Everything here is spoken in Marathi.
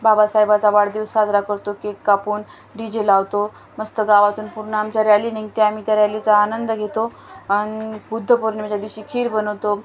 बाबासाहेबाचा वाढदिवस साजरा करतो केक कापून डी जे लावतो मस्त गावातून पूर्ण आमच्या रॅली निघते आम्ही त्या रॅलीचा आनंद घेतो आणि बुद्ध पौर्णिमेच्या दिवशी खीर बनवतो